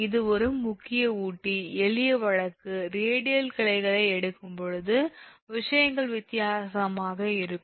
இது ஒரு முக்கிய ஊட்டி எளிய வழக்கு ரேடியல் கிளைகளை எடுக்கும்போது விஷயங்கள் வித்தியாசமாக இருக்கும்